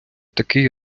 такий